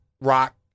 rock